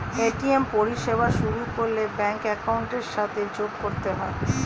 ATM পরিষেবা শুরু করলে ব্যাঙ্ক অ্যাকাউন্টের সাথে যোগ করতে হয়